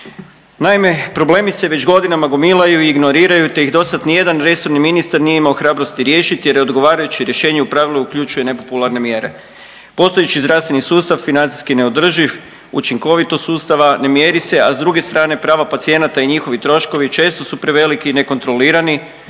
Naime, problemi se već godinama gomilaju i ignoriraju te ih dosad nijedan resorni ministar nije imao hrabrosti riješiti jer je odgovarajuće rješenje u pravilu uključuje nepopularne mjere. Postojeći zdravstveni sustav financijski je neodrživ, učinkovitost sustava ne mjeri se, a s druge strane prava pacijenata i njihovi troškovi često su preveliki i nekontrolirani